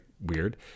weird